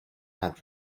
not